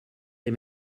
les